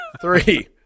Three